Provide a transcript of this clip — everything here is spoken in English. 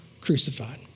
crucified